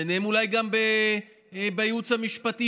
ביניהם אולי גם בייעוץ המשפטי,